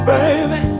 Baby